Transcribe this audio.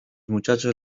muchachos